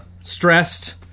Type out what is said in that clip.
stressed